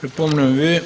Припомням Ви,